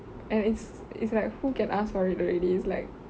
and it's it's like who can ask for it already it's like